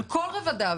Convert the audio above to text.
על כל רבדיו.